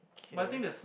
okay